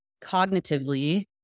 cognitively